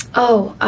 oh, ah